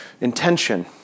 intention